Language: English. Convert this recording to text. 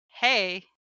hey